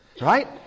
right